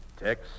Tex